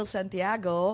Santiago